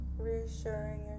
reassuring